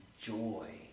joy